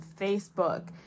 Facebook